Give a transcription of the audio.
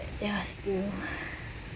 there are still